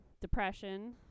Depression